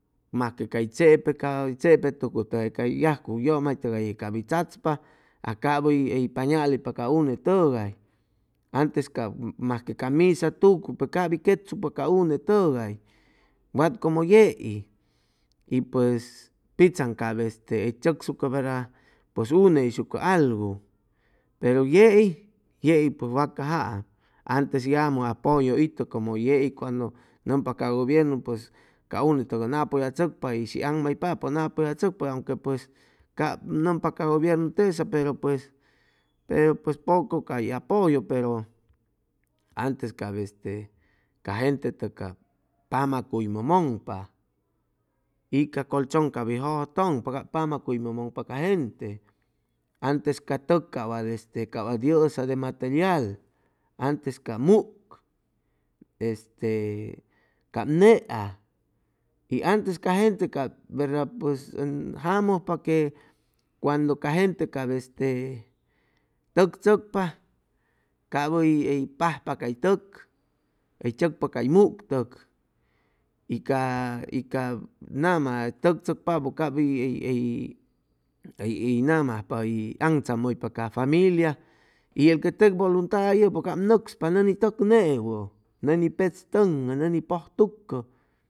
Masque cay chepe cay chepe tucʉ tʉgay yajcu yʉmaytʉgay cap hʉy chatzpa aj cap hʉy pañal hʉypa ca une tʉgay antes cap masque camisa tucu pe cap hʉy quetsucpa ca unetʉgay wat como yei y pues ptzaŋ cap este hʉy tzʉcsucʉ verda pues une hʉyshucʉ algu pero yei yei pʉes watcajaam antes yamʉ apʉyʉ itʉ como yei cuando nʉmpa ca gʉbiernuis ca une tʉg ʉn apʉyachʉcpa y shi aŋmaypapʉ ʉn apʉyatzʉcpapʉ aunque pues cap nʉmpa ca gobiernu teza pero pues pero pues poco cay apoyo pero antes cap este ca gente tʉg cap pama cuymʉ mʉŋpa ig ca colchon cap hʉy jʉjʉtʉŋpa cap pama cuymʉ mʉŋpa ca gente antes ca tʉk cap cap wat este cap wat yʉsa de material antes cap mug este cap nea y antes ca gente cap verda pues ʉn jamʉjpa que cuando ca gente cap este tʉk tzʉcpa cap hʉy hʉy pajpa cay tʉk hʉy tzʉcpa cay mugtʉk y ca y ca nama tʉk tzʉcpapʉ cap hʉy hʉy hʉy nama ajpoa hʉy aŋtzamʉypa ca familia y el que teg vulunta yechpa cap nʉcspa nʉni tʉk newʉ nʉni petz tʉŋʉ nʉni pʉj tucʉ